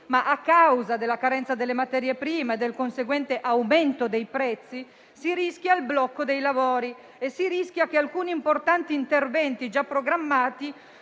ma a causa della carenza delle materie prime e del conseguente aumento dei prezzi, si rischia il blocco dei lavori e si rischia che alcuni importanti interventi già programmati